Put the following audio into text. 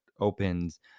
opens